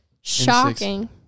Shocking